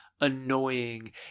annoying